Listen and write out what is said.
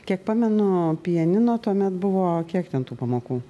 kiek pamenu pianino tuomet buvo kiek ten tų pamokų